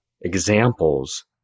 examples